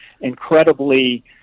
incredibly